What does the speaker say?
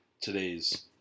today's